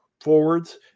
forwards